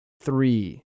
three